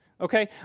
Okay